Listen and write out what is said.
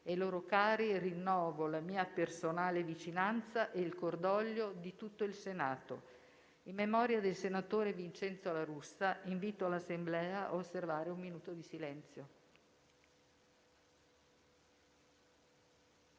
ai loro cari rinnovo la mia personale vicinanza e il cordoglio di tutto il Senato. In memoria del senatore Vincenzo La Russa invito l'Assemblea a osservare un minuto di silenzio.